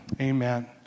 Amen